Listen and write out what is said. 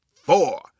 four